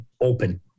open